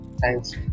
Thanks